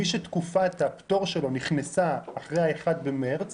מי שתקופת הפטור שלו נכנסה אחרי ה-1 במרס